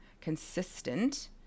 consistent